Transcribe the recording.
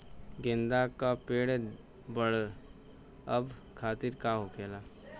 गेंदा का पेड़ बढ़अब खातिर का होखेला?